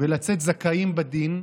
ולצאת זכאים בדין?